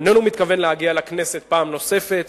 והוא איננו מתכוון להגיע לכנסת פעם נוספת